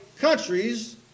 countries